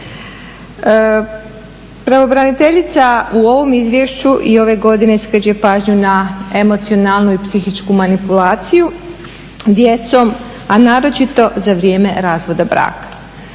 Pravobraniteljica u ovom izvješću i ove godine skreće pažnju na emocionalnu i psihičku manipulaciju djecom, a naročito za vrijeme razvoda braka.